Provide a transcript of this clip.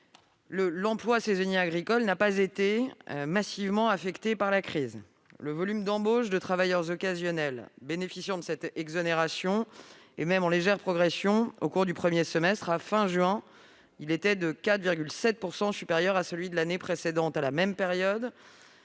l'emploi saisonnier agricole n'a pas été massivement affecté par la crise. Le volume d'embauches de travailleurs occasionnels bénéficiant de cette exonération est même en légère progression au cours du premier semestre. À la fin du mois de juin, il était de 4,7 % supérieur à celui de l'année précédente à la même période.